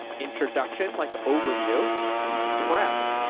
introduction like overview prep.